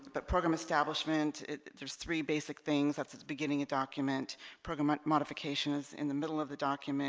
but program establishment there's three basic things that's beginning a document program ah modification is in the middle of the document